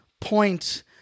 point